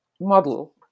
model